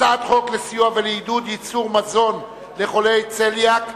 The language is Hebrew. הצעת חוק לסיוע ולעידוד ייצור מזון לחולי צליאק,